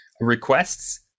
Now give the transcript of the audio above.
requests